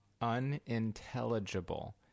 Unintelligible